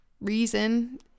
reason